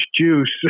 juice